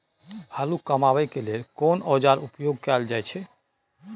आलू कमाबै के लेल कोन औाजार उपयोग कैल जाय छै?